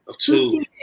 two